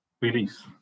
Release